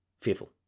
fearful